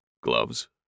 Gloves